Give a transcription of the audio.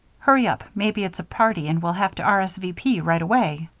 hurry up maybe it's a party and we'll have to r. s. v. p. right away.